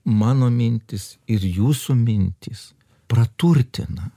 mano mintys ir jūsų mintys praturtina